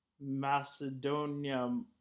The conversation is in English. Macedonia